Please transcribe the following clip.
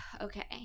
Okay